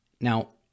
Now